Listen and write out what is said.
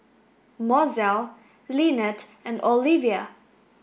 Mozell Lynnette and Oliva